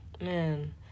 man